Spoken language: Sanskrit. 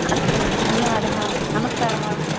अस्तु धन्यवादः नमस्कारः